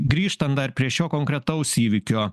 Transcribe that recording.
grįžtant dar prie šio konkretaus įvykio